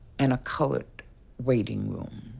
and a colored waiting room,